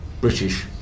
British